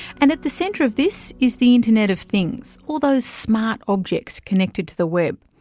and at the centre of this is the internet of things, all those smart objects connected to the web.